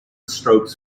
strokes